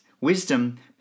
Wisdom